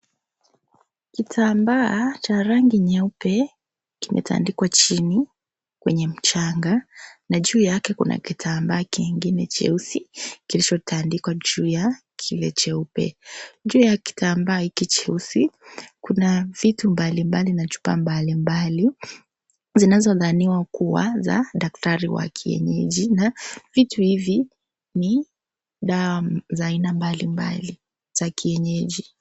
Kitambaa cha rangi nyeupe kimetandikwa chini kwenye mchanga na juu yake kuna kitambaa kingine cheusi kilicho tandikwa juu ya kile jeupe, juu ya kitambaa hiki cheusi kuna vitu mbalimbali na chupa mbalimbali zinazodhaniwa kuwa za daktari wa kienyeji na vitu hivi ni dawa za aina mbalimbali za kienyeji.